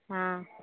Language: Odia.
ହଁ